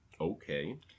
Okay